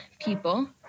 people